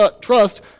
trust